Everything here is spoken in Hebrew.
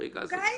הריגה זה בסדר.